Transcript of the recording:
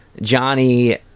Johnny